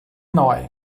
neu